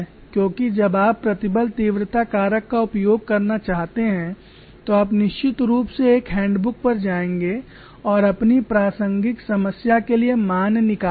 क्योंकि जब आप प्रतिबल तीव्रता कारक का उपयोग करना चाहते हैं तो आप निश्चित रूप से एक हैंडबुक पर जाएंगे और अपनी प्रासंगिक समस्या के लिए मान निकालेंगे